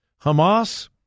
Hamas